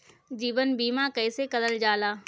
जीवन बीमा कईसे करल जाला?